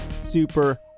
super